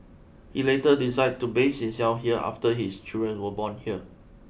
he later decided to base himself here after his children were born here